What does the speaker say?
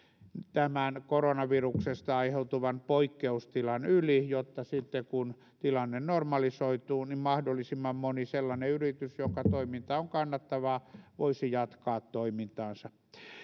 tämän koronaviruksesta aiheutuvan poikkeustilan yli jotta sitten kun tilanne normalisoituu mahdollisimman moni sellainen yritys jonka toiminta on kannattavaa voisi jatkaa toimintaansa